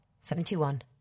seventy-one